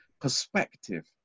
perspective